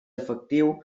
efectiu